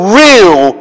real